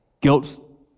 Guilt